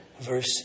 Verse